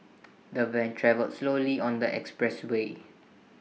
the van travelled slowly on the expressway